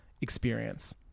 experience